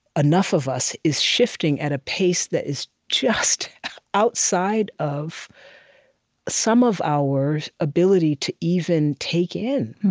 enough of us is shifting at a pace that is just outside of some of our ability to even take in.